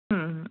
हं हं